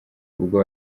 ubwo